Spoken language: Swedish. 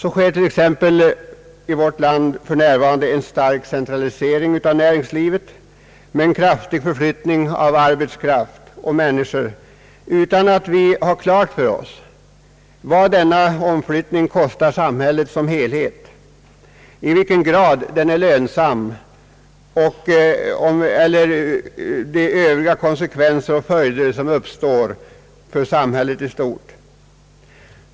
I vårt land sker för närvarande en stark centralisering av näringslivet med en kraftig förskjutning av arbetskraft och människor utan att vi har klart för oss vad denna omflyttning kostar samhället som helhet, i vilken grad den är lönsam och de övriga konsekvenser som uppstår för samhället i stort.